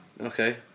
okay